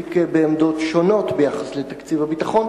החזיק בעמדות שונות ביחס לתקציב הביטחון,